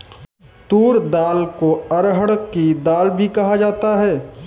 तूर दाल को अरहड़ की दाल भी कहा जाता है